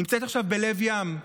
נמצאת עכשיו בלב ים,